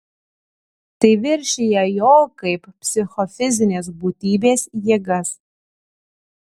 tai viršija jo kaip psichofizinės būtybės jėgas